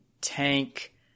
tank